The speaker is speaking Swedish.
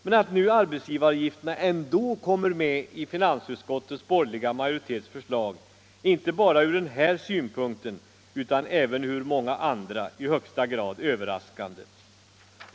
Men att nu arbetsgivaravgifterna ändå kommer med i finansutskottets borgerliga majoritets förslag är inte bara från denna synpunkt utan även från många andra i högsta grad överraskande.